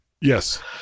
Yes